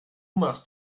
machst